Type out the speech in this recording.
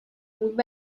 بود